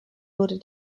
wurde